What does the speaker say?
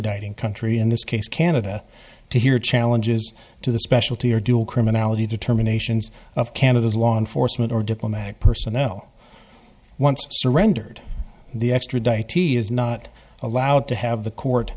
extraditing country in this case canada to hear challenges to the specialty or dual criminality determinations of canada's law enforcement or diplomatic personnel once surrendered the extradite t is not allowed to have the court